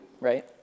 right